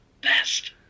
best